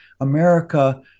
America